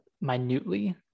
minutely